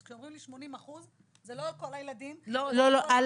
כשאומרים 80%, זה לא כל הילדים --- ילדים